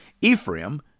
Ephraim